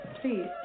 Please